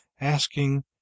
asking